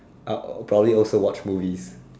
uh probably also watch movies